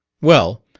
well,